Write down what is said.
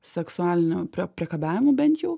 seksualiniu priekabiavimu bent jau